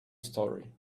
story